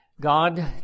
God